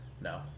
No